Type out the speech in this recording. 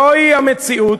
זוהי המציאות,